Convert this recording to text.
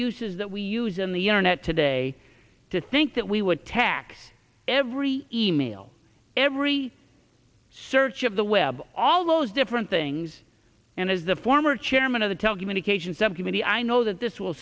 uses that we use in the internet today to think that we would tax every email every search of the web all those different things and as the former chairman of the telecommunications subcommittee i know that this will